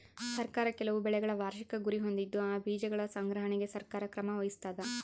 ಸರ್ಕಾರ ಕೆಲವು ಬೆಳೆಗಳ ವಾರ್ಷಿಕ ಗುರಿ ಹೊಂದಿದ್ದು ಆ ಬೀಜಗಳ ಸಂಗ್ರಹಣೆಗೆ ಸರ್ಕಾರ ಕ್ರಮ ವಹಿಸ್ತಾದ